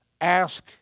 ask